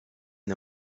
the